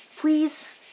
Please